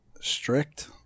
Strict